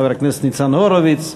חבר הכנסת ניצן הורוביץ,